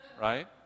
Right